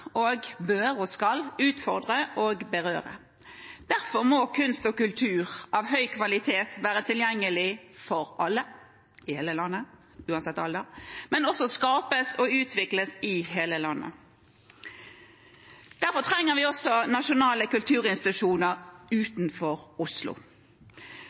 og bør – og skal – utfordre og berøre. Derfor må kunst og kultur av høy kvalitet være tilgjengelig for alle i hele landet, uansett alder, men også skapes og utvikles i hele landet. Derfor trenger vi også nasjonale kulturinstitusjoner